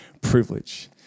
privilege